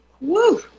Woo